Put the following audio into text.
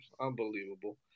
Unbelievable